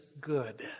good